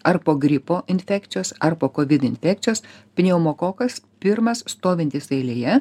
ar po gripo infekcijos ar po kovid infekcijos pneumokokas pirmas stovintis eilėje